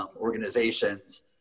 organizations